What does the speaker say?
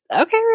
Okay